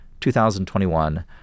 2021